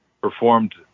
performed